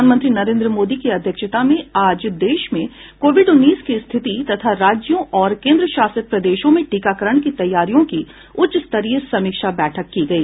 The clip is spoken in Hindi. प्रधानमंत्री नरेन्द्र मोदी की अध्यक्षता में आज देश में कोविड उन्नीस की रिथति तथा राज्यों और केन्द्रशासित प्रदेशों में टीकाकरण की तैयारियों की उच्चस्तरीय समीक्षा बैठक की गई